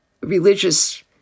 religious